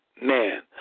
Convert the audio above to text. man